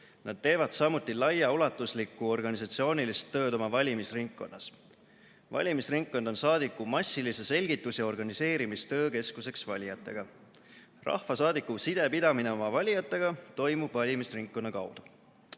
Nad teevad samuti laiaulatuslikku organisatsioonilist tööd oma valimisringkonnas. Valimisringkond on saadiku massilise selgitus‑ ja organiseerimistöö keskuseks valijatega. Rahvasaadiku sidepidamine oma valijatega toimub valimisringkonna kaudu.